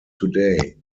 today